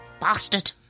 bastard